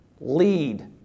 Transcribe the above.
lead